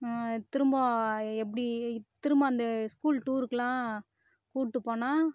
திரும்ப எப்படி திரும்ப அந்த ஸ்கூல் டூருக்கெலாம் கூட்டு போனால்